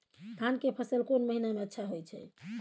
धान के फसल कोन महिना में अच्छा होय छै?